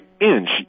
inch